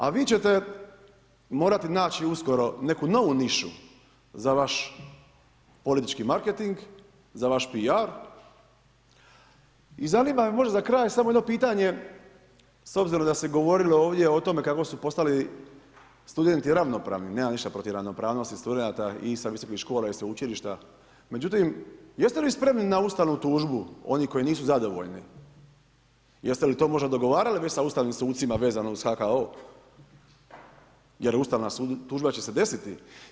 A vi ćete morati naći uskoro neku novu nišu za vaš politički marketing, za vaš P.R. i zanima me možda za kraj, smo jedno pitanje, s obzirom da se dogodilo ovdje o tome kako su postali studenti ravnopravni, nemam ništa protiv ravnopravnosti studentima i sa visokih škola i sa veleučilišta, međutim, jeste li spremni na ustavnu tužbu, oni koji nisu zadovoljni, jeste li to možda dogovarali sa ustavnim sucima vezano za HKO, jer ustavna tužba će se desiti.